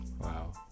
Wow